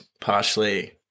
partially